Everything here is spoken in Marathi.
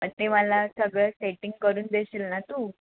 ते मला सगळं सेटिंग करून देशील ना तू